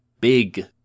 big